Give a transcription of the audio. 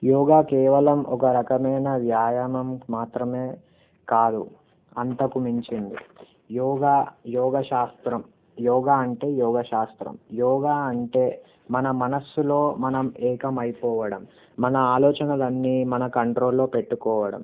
యోగా కేవలం ఒక రకమైన వ్యాయామం మాత్రమే కాదు అంతకు మించింది యోగా యోగశాస్త్రం యోగా అంటే యోగశాస్త్రం యోగా అంటే మన మనస్సులో మనం ఏకం అయిపోవడం మన ఆలోచనలన్నీ మన కంట్రోల్లో పెట్టుకోవడం